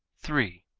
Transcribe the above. three.